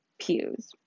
pews